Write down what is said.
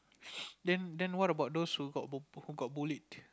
then then what about those who got who got bullied